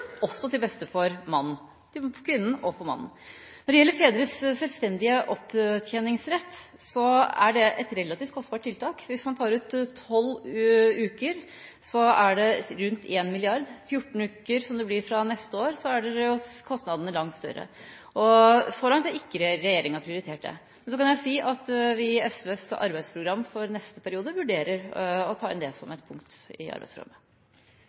også til beste for mannen – og for kvinnen. Når det gjelder fedres selvstendige opptjeningsrett, er det et relativt kostbart tiltak. Hvis man tar ut 12 uker, er kostnadene rundt 1 mrd. kr. Hvis man tar ut 14 uker, som det blir fra neste år, er kostnadene langt større. Så langt har ikke regjeringa prioritert det. Men jeg kan si at vi i SVs arbeidsprogram for neste periode vurderer å ta inn det som et punkt.